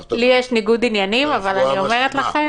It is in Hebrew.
לי יש ניגוד עניינים, אבל אני אומרת לכם